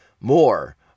more